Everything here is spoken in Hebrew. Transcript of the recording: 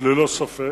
ללא ספק,